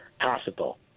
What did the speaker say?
possible